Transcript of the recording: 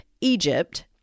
Egypt